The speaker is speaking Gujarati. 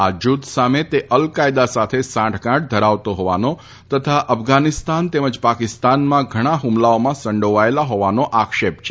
આ જૂથ સામે તે અલકાયદા સાથે સાંઠગાંઠ ધરાવતા હોવાનો અને અફઘાનિસ્તાન તેમજ પાકિસ્તાનમાં ઘણા હુમલાઓમાં સંડોવાયેલા હોવાનો આક્ષેપ છે